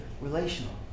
relational